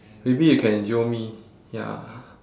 maybe you can jio me ya